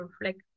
reflect